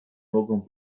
mogą